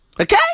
Okay